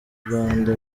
rwanda